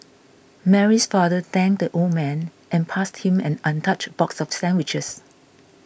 Mary's father thanked the old man and passed him an untouched box of sandwiches